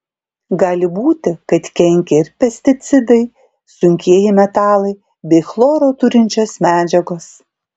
gali būti kad kenkia ir pesticidai sunkieji metalai bei chloro turinčios medžiagos